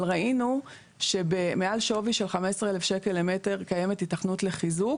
אבל ראינו שמעל שווי של 15,000 שקלים למטר קיימת היתכנות לחיזוק.